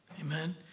amen